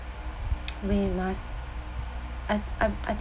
we must I'm I've I